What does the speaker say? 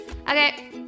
Okay